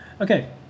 Okay